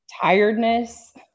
tiredness